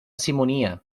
simonia